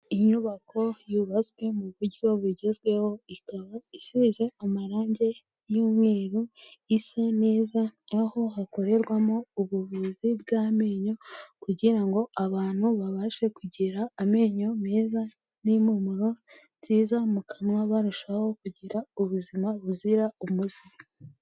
Inyubako yubatswe mu buryo bugezweho, ikaba isize amarange y'umweru isa neza aho hakorerwamo ubuvuzi bw'amenyo kugira ngo abantu babashe kugira amenyo meza n'impumuro nziza mu kanwa barushaho kugira ubuzima buzira umuze.